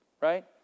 right